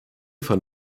von